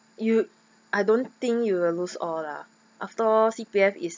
you I don't think you will lose all lah after all C_P_F is